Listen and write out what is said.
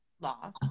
law